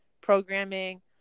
programming